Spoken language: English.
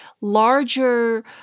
larger